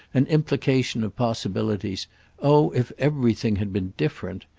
an implication of possibilities oh if everything had been different!